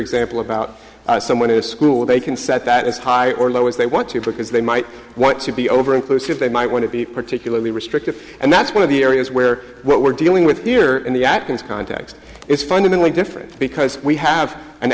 example about someone to a school they can set that as high or low as they want to because they might want to be over inclusive they might want to be particularly restrictive and that's one of the areas where what we're dealing with here in the atkins context is fundamentally different because we have an